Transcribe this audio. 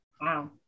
Wow